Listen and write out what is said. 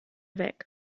weg